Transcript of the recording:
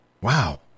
wow